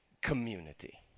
community